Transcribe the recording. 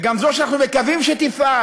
וגם זאת שאנחנו מקווים שתפעל,